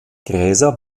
gräser